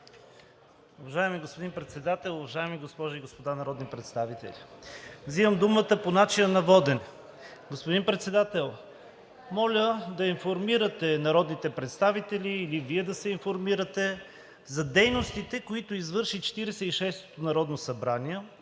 Уважаеми господин Председател, уважаеми госпожи и господа народни представители! Взимам думата по начина на водене. Господин Председател, моля да информирате народните представители, а и Вие да се информирате за дейностите, които извърши Четиридесет и шестото народно събрание